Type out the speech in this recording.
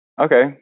Okay